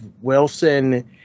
Wilson